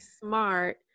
smart